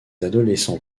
adolescents